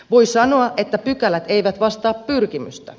voi sanoa että pykälät eivät vastaa pyrkimystä